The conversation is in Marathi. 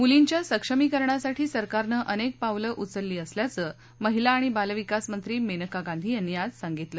मुलींच्या सक्षमीकरणासाठी सरकारनं अनेक पावलं उचलली असल्याचं महिला आणि बालविकास मंत्री मेनका गांधी यांनी आज सांगितलं